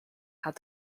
had